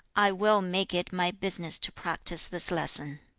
i will make it my business to practise this lesson